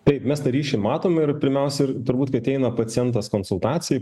taip mes tą ryšį matom ir pirmiausia ir turbūt kai ateina pacientas konsultacijai